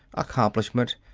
accomplishment,